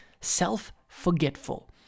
self-forgetful